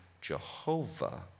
Jehovah